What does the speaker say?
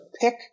pick